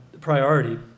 priority